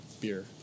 beer